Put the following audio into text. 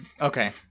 Okay